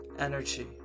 Energy